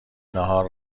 ناهار